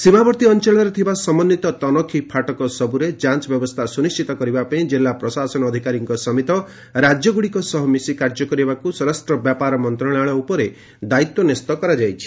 ସୀମାବର୍ତ୍ତୀ ଅଞ୍ଚଳରେ ଥିବା ସମନ୍ଧିତ ତନଖୀ ଫାଟକ ସବୁରେ ଯାଞ୍ଚ ବ୍ୟବସ୍ଥା ସୁନିଶ୍ଚିତ କରିବା ପାଇଁ ଜିଲ୍ଲା ପ୍ରଶାସନ ଅଧିକାରୀଙ୍କ ସମେତ ରାଜ୍ୟଗୁଡ଼ିକ ସହ ମିଶି କାର୍ଯ୍ୟ କରିବାକୁ ସ୍ୱରାଷ୍ଟ୍ର ବ୍ୟାପାର ମନ୍ତ୍ରଣାଳୟ ଉପରେ ଦାୟିତ୍ୱ ନ୍ୟସ୍ତ କରାଯାଇଛି